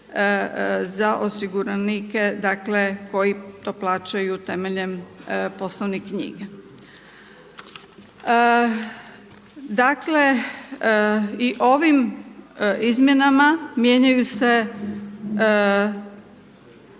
za osiguranike, dakle koji to plaćaju temeljem poslovne knjige. Dakle, i ovim izmjenama mijenjaju se